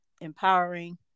empowering